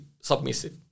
submissive